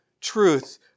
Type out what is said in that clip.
truth